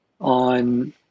on